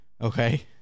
Okay